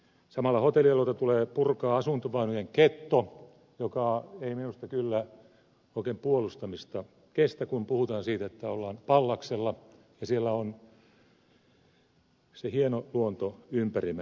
samalla hotellialueelta tulee purkaa asuntovaunujen ghetto joka ei minusta kyllä oikein puolustamista kestä kun puhutaan siitä että ollaan pallaksella ja siellä on se hieno luonto ympärillä